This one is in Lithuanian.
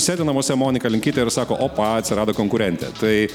sėdi namuose monika linkytė ir sako opa atsirado konkurentė tai